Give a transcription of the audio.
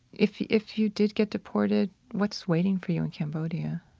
if you if you did get deported, what's waiting for you in cambodia?